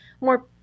more